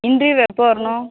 interview எப்போ வரணும்